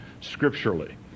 scripturally